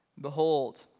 Behold